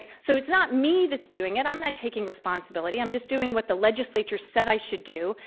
so it's not me that's doing it. i'm not taking responsibility. i'm just doing what the legislature said i should do.